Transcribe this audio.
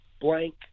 blank